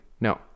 No